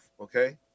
Okay